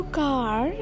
car